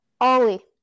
Ollie